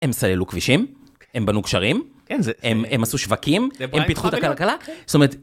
הם סללו כבישים, הם בנו גשרים, הם עשו שווקים, הם פיתחו את הכלכלה, זאת אומרת...